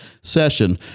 session